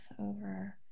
over